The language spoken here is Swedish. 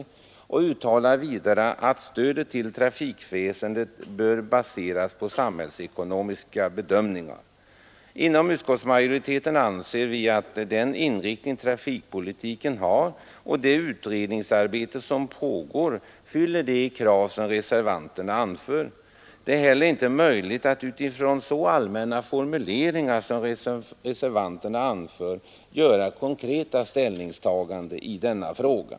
Reservanterna uttalar vidare att stödet till trafikväsendet bör baseras på samhällsekonomiska bedömningar Inom utskottsmajoriteten anser vi att den inriktning trafikpolitiken har och det utredningsarbete som pågår fyller de krav som reservanterna ställer. Det är inte heller möjligt att utifrån så allmänna formuleringar som reservanterna anför göra konkreta ställningstaganden i denna fråga.